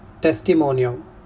Testimonium